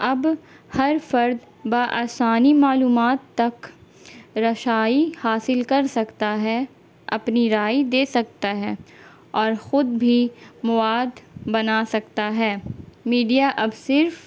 اب ہر فرد با آسانی معلومات تک رسائی حاصل کر سکتا ہے اپنی رائے دے سکتا ہے اور خود بھی مواد بنا سکتا ہے میڈیا اب صرف